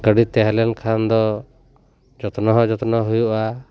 ᱜᱟᱹᱰᱤ ᱛᱟᱦᱮᱸ ᱞᱮᱱ ᱠᱷᱟᱱ ᱫᱚ ᱡᱚᱛᱱᱚ ᱦᱚᱸ ᱡᱚᱛᱱᱚ ᱦᱩᱭᱩᱜᱼᱟ